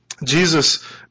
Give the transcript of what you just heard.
Jesus